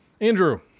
Andrew